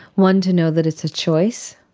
one, to know that it's a choice.